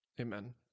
amen